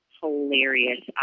hilarious